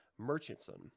Merchantson